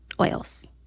oils